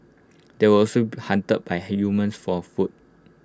they were also hunted by humans for food